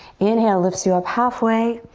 inhale lifts you up halfway.